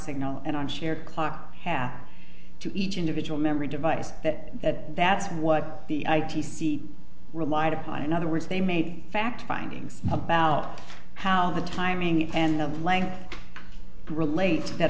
signal and on shared clock had to each individual memory device that that's what the i t c relied upon in other words they made fact findings about how the timing and of length relate that